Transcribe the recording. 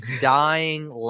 dying